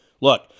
Look